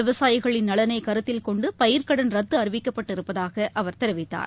விவசாயிகளின் நலனை கருத்தில் கொண்டு பயிர்க் கடன் ரத்து அறிவிக்கப்பட்டு இருப்பதாக அவர் தெரிவித்தார்